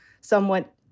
somewhat